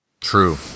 True